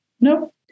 Nope